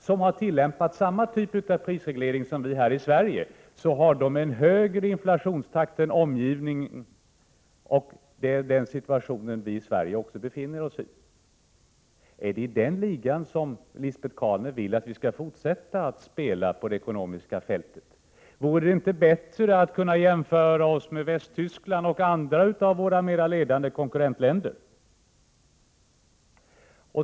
som har tillämpat samma typ av prisreglering som vi här i Sverige, finner man att de har en högre inflationstakt än omgivningen. Det är den situation vi också befinner oss i. Är det i den ligan Lisbet Calner vill att vi skall fortsätta att spela på det ekonomiska fältet? Vore det inte bättre att kunna jämföra oss med Västtyskland och andra av våra mera ledande konkurrentländer?